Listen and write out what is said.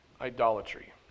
idolatry